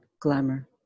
glamour